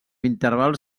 intervals